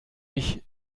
ich